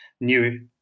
new